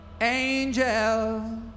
Angel